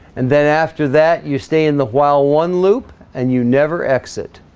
and then after that you stay in the while one loop, and you never exit